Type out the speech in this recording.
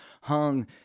hung